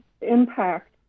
impact